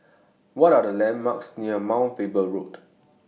What Are The landmarks near Mount Faber Road